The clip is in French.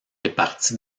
répartis